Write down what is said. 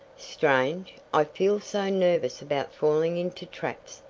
strange, i feel so nervous about falling into traps,